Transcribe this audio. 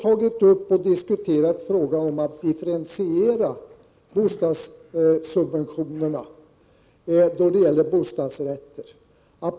Vi har också diskuterat frågan om att differentiera bostadssubventionerna för bostadsrätter.